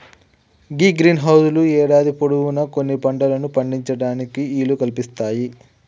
గీ greenhouse లు యేడాది పొడవునా కొన్ని పంటలను పండించటానికి ఈలు కల్పిస్తాయి